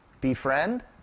befriend